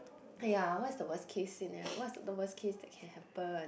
aiya what's the worst case scenario what's the worst case that can happen